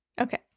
okay